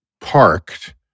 parked